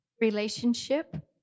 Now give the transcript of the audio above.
relationship